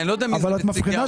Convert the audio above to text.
אני לא יודע מי אלה נציגי האוצר.